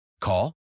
Call